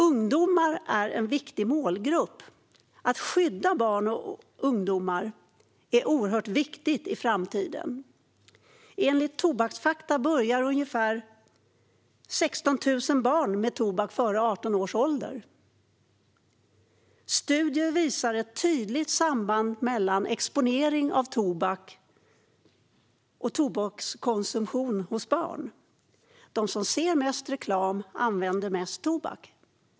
Ungdomar är en viktig målgrupp. Att skydda barn och unga är oerhört viktigt inför framtiden. Enligt Tobaksfakta börjar ungefär 16 000 barn med tobak före 18 års ålder. Studier visar ett tydligt samband mellan exponering för tobaksreklam och tobakskonsumtion hos barn. De som ser mest reklam använder mest tobak.